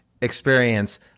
experience